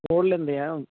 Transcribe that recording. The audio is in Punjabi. ਖੋਲ ਲੈਂਦੇ ਹੈ